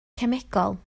cemegol